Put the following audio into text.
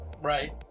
Right